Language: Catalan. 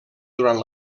durant